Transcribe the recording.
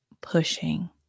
Pushing